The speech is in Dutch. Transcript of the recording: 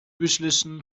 beslissen